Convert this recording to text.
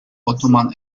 ottoman